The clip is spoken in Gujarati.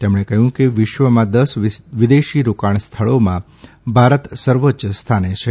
તેમણે કહયું કે વિશ્વમાં દશ વિદેશી રોકાણ સ્થળોમાં ભારત સર્વોચ્ય સ્થાને છે